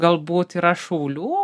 galbūt yra šaulių